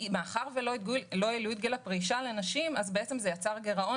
מאחר ולא העלו את גיל הפרישה לנשים זה יצר גירעון